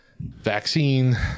vaccine